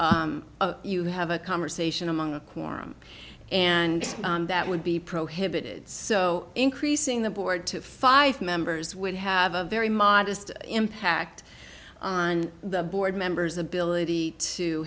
a you have a conversation among a quorum and that would be prohibited so increasing the board to five members would have a very modest impact on the board members ability to